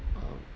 um